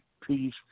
peace